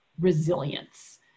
resilience